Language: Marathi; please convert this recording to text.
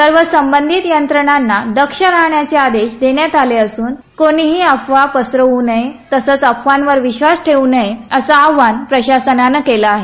सर्व संबंधित यंत्रणांना दक्ष राहण्याचे आदेश देण्यात आले असून कोणी ही अफवा पसरवू नये तसंच अफवांवर विधास ठेवू नये असं आवाहन प्रशासनानं केलं आहे